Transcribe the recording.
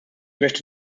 möchte